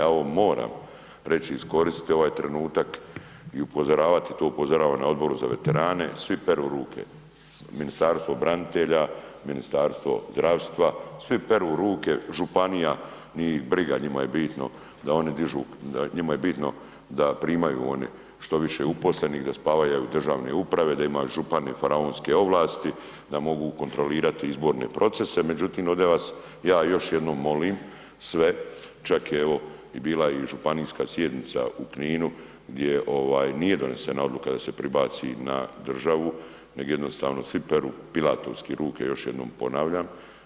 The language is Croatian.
Ja ovo moram reći i iskoristiti ovaj trenutak i upozoravati, to upozoravam na Odboru za veterane, svi peru ruke, Ministarstvo branitelja, Ministarstvo zdravstva, svi peru ruke, županija, nije ih briga, njima je bitno da oni dižu, njima je bitno da primaju oni što više uposlenih, da spavaju, evo, države uprave, da imaju župani faraonske ovlasti, da mogu kontrolirati izborne procese, međutim, ovdje vas ja još jednom molim sve, čak evo je bila i županijska sjednica u Kninu gdje nije donesena odluka da se prebaci na državu nego jednostavno svi peru pilatovski ruke još jednom ponavljam.